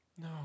No